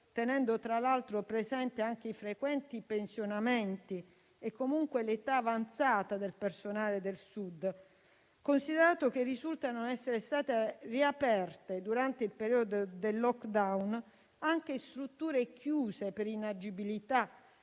tenendo tra l'altro presenti anche i frequenti pensionamenti e l'età avanzata del personale del Sud. Si consideri che risultano essere state riaperte durante il periodo del *lockdown* anche strutture chiuse per inagibilità,